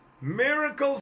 Miracles